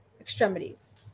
extremities